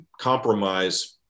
compromise